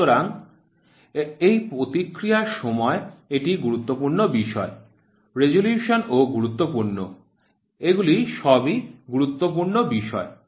সুতরাং এই প্রতিক্রিয়ার সময় একটি গুরুত্বপূর্ণ বিষয় রেজোলিউশন ও গুরুত্বপূর্ণ এগুলি সবই খুব গুরুত্বপূর্ণ বিষয়